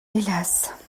hélas